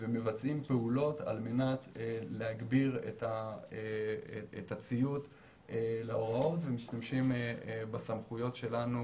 ומבצעים פעולות על מנת להגביר את הציות להוראות ומשתמשים בסמכויות שלנו